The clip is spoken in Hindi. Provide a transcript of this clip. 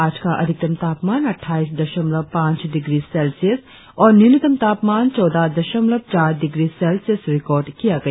आज का अधिकतम तापमान अटठाईस दशमलव पांच डिग्री सेल्सियस और न्यूनतम तापमान चौदह दशमलव चार डिग्री सेल्सियस रिकार्ड किया गया